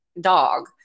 dog